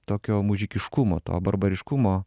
tokio mužikiškumo to barbariškumo